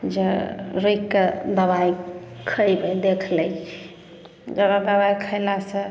जे रूकिके दबाइ खयबै देख लै छी कोनो दबाइ खैला सऽ